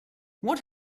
what